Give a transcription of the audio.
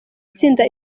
itsinda